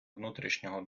внутрішнього